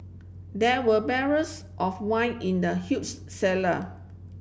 there were barrels of wine in the huge cellar